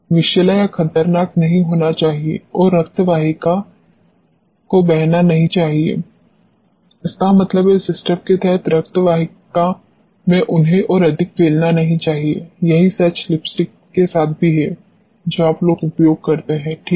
विषैला या खतरनाक नहीं होना चाहिए और रक्त वाहिका में को बहना नहीं चाहिए इसका मतलब है सिस्टम के रक्त वाहिका में उन्हें और अधिक फैलाना नहीं चाहिए यही सच लिपस्टिक के साथ भी है जो आप लोग उपयोग करते हैं ठीक